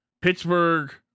Pittsburgh